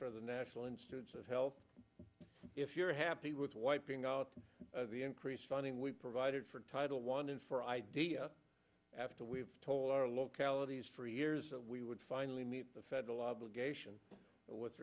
for the national institutes of health if you're happy with wiping out the increased funding we've provided for title one in for idea after we've told our localities for years we would finally meet the federal obligation with